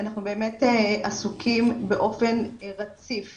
אנחנו באמת עסוקים באופן רציף